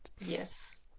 Yes